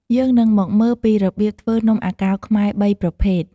យើងនឹងមកមើលពីរបៀបធ្វើនំអាកោរខ្មែរបីប្រភេទ។